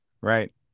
Right